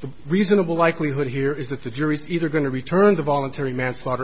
the reasonable likelihood here is that the jury's either going to return to voluntary manslaughter